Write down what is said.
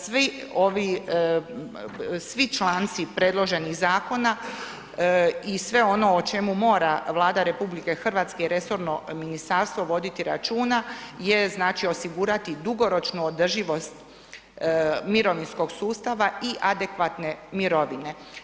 Svi ovi, svi članci predloženih zakona i sve ono o čemu mora Vlada RH i resorno ministarstvo voditi računa je znači osigurati dugoročnu održivost mirovinskog sustava i adekvatne mirovine.